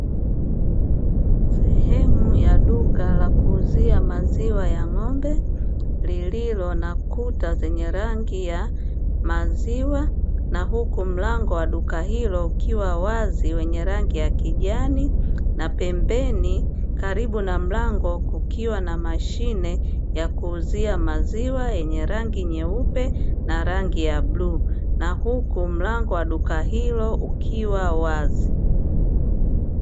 Sehemu ya duka la kuuzia maziwa ya ng'ombe, lililo na kuta zenye rangi ya maziwa na huku mlango wa duka hilo ukiwa wazi wenye rangi ya kijani. Na pembeni karibu na mlango kukiwa na mashine ya kuuzia maziwa yenye rangi nyeupe na rangi ya bluu, na huku mlango wa duka hilo ukiwa wazi.